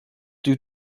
due